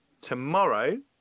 tomorrow